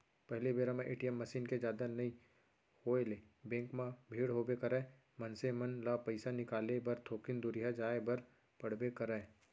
पहिली बेरा म ए.टी.एम मसीन के जादा नइ होय ले बेंक म भीड़ होबे करय, मनसे मन ल पइसा निकाले बर थोकिन दुरिहा जाय बर पड़बे करय